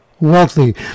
wealthy